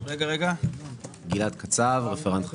מבחינתו או כי המדינה לא מקבלת אותו?